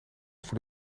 voor